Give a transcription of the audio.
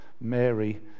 Mary